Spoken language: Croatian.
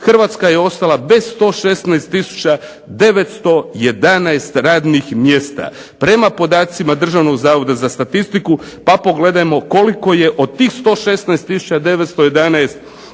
Hrvatska je ostala bez 116 tisuća 911 radnih mjesta, prema podacima Državnog zavoda za statistiku, pa pogledajmo koliko je od tih 116 tisuća